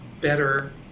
better